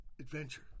adventure